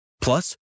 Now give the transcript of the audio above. Plus